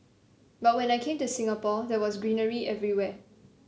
but when I came to Singapore there was greenery everywhere